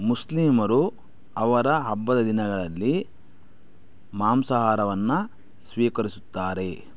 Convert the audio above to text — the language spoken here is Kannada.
ಮುಸ್ಲಿಮರು ಅವರ ಹಬ್ಬದ ದಿನಗಳಲ್ಲಿ ಮಾಂಸಾಹಾರವನ್ನು ಸ್ವೀಕರಿಸುತ್ತಾರೆ